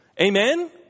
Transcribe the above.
Amen